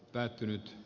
päättynyt s